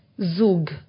Zug